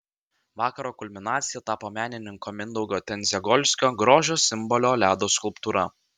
vakaro kulminacija tapo menininko mindaugo tendziagolskio grožio simbolio ledo skulptūra